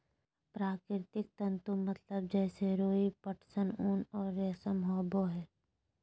प्राकृतिक तंतु मतलब जैसे रुई, पटसन, ऊन और रेशम होबो हइ